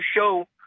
show